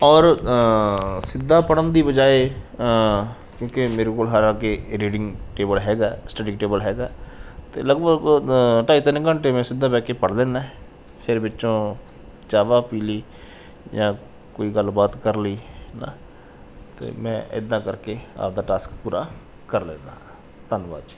ਔਰ ਸਿੱਧਾ ਪੜ੍ਹਨ ਦੀ ਬਜਾਏ ਕਿਉਂਕਿ ਮੇਰੇ ਕੋਲ ਹਾਲਾਂਕਿ ਰੀਡਿੰਗ ਟੇਬਲ ਹੈਗਾ ਸਟਡੀ ਟੇਬਲ ਹੈਗਾ ਅਤੇ ਲਗਭਗ ਢਾਈ ਤਿੰਨ ਘੰਟੇ ਮੈਂ ਸਿੱਧਾ ਬਹਿ ਕੇ ਪੜ੍ਹ ਲੈਂਦਾ ਫਿਰ ਵਿੱਚੋਂ ਚਾਹ ਵਾਹ ਪੀ ਲਈ ਜਾਂ ਕੋਈ ਗੱਲਬਾਤ ਕਰ ਲਈ ਹੈ ਨਾ ਅਤੇ ਮੈਂ ਇੱਦਾ ਕਰਕੇ ਆਪਦਾ ਟਾਸਕ ਪੂਰਾ ਕਰ ਲੈਂਦਾ ਹਾਂ ਧੰਨਵਾਦ ਜੀ